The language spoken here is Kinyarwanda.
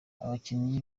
abakinnyi